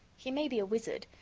he may be a wizard,